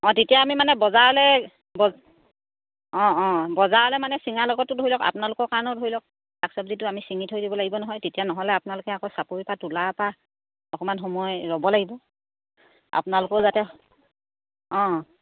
অঁ তেতিয়া আমি মানে বজাৰলৈ ব অঁ অঁ বজাৰলৈ মানে চিঙাৰ লগতো ধৰি লওক আপোনালোকৰ কাৰণেও ধৰি লওক শাক চবজিটো আমি চিঙি থৈ দিব লাগিব নহয় তেতিয়া নহ'লে আপোনালোকে আকৌ চাপৰিৰপৰা তোলাৰপৰা অকণমান সময় ৰ'ব লাগিব আপোনালোকৰো যাতে অঁ